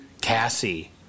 Cassie